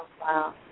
wow